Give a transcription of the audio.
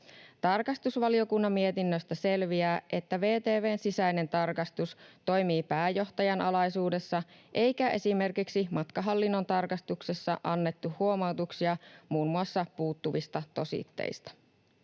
Tarkastusvaliokunnan mietinnöstä selviää, että VTV:n sisäinen tarkastus toimii pääjohtajan alaisuudessa eikä esimerkiksi matkahallinnon tarkastuksessa annettu huomautuksia muun muassa puuttuvista tositteista.